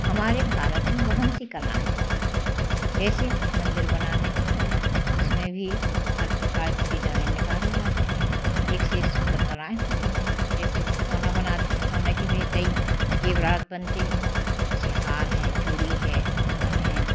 हमारे भारत में बहुत सी कलाएं हैं जैसे मंदिर बनाने की कला उस में भी हर प्रकार के डिज़ाइनें निकाली जाती हैं एक से एक सुंदर कलाएँ होती हैं जैसे सोना बनाते हैं सोना के भी कई ज़ेवरात बनते हैं जैसे हार है चूड़ी है कंगन है